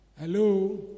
Hello